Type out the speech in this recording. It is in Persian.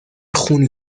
خون